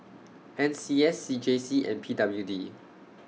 N C S C J C and P W D